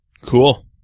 Cool